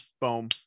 boom